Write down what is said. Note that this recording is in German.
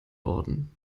worden